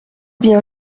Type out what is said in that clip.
bien